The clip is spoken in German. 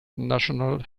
national